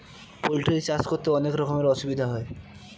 poultry চাষ করতে অনেক রকমের অসুবিধা হয়